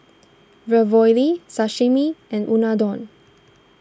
Ravioli Sashimi and Unadon